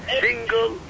single